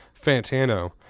fantano